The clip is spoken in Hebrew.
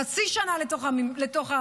חצי שנה לתוך המלחמה,